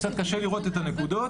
קשה לראות את הנקודות,